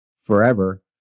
forever